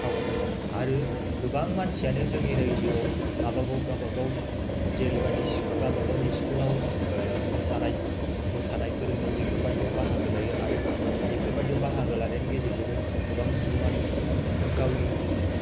फाव आरो गोबां मानसियानो जोंनि रायजोआव गावबागाव गावबागाव जेरैबायदि गाबागावनि इस्कुलाव मोसानाय फोरोंङो बेफोरबादियाव बाहागो लायो आरो बेफोरबादियाव बाहागो लानायनि गेजेरजोंनो गोबां सुबुंआनो गावनि